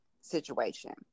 situation